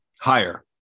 Higher